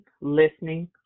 listening